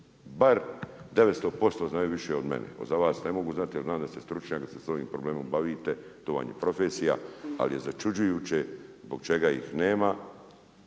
bar 900% znaju više od mene, za vas ne mogu znati, jer znam da ste stručnjak, da se s ovim problemom bavite, to vam je profesija, ali je začuđujuće zbog čega ih nema